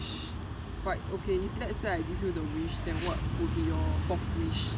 but okay if let's say I give you the wish then what would be your fourth wish